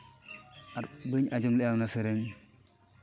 ᱟᱨ ᱵᱟᱹᱧ ᱟᱸᱡᱚᱢ ᱞᱮᱜᱼᱟ ᱚᱱᱟ ᱥᱟᱭᱨᱮᱱ